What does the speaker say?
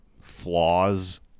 flaws